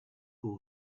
who